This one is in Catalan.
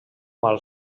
mal